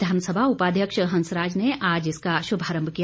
विधानसभा उपाध्यक्ष हंसराज ने आज इसका शुभारम्भ किया